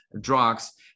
drugs